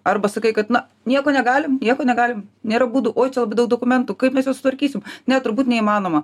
arba sakai kad na nieko negalim nieko negalim nėra būdų oi čia labai daug dokumentų kaip mes juos sutvarkysim ne turbūt neįmanoma